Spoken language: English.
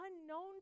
unknown